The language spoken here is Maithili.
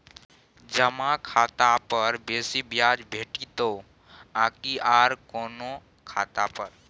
जमा खाता पर बेसी ब्याज भेटितै आकि आर कोनो खाता पर?